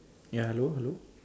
ya hello hello